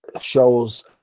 shows